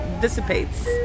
dissipates